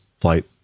flight